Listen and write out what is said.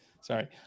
sorry